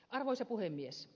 arvoisa puhemies